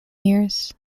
years